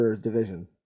Division